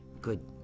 good